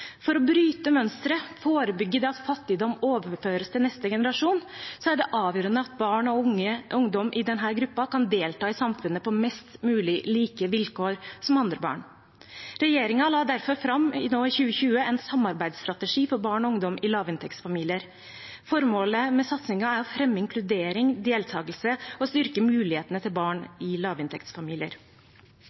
For å bryte mønsteret og forebygge at fattigdom overføres til neste generasjon, er det avgjørende at barn og ungdom i denne gruppen kan delta i samfunnet på mest mulig like vilkår som andre barn. Regjeringen la derfor fram nå i 2020 en samarbeidsstrategi for barn og ungdom i lavinntektsfamilier. Formålet med satsingen er å fremme inkludering og deltakelse og å styrke mulighetene for barn i lavinntektsfamilier.